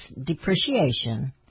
depreciation